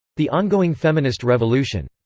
the ongoing feminist revolution